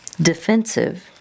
defensive